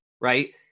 right